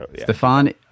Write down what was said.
Stefan